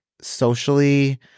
socially